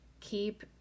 Keep